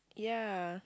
ya